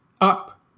up